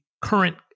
current